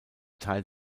teil